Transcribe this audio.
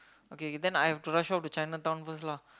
okay then I have to rush off to Chinatown first